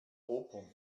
oper